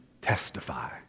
testify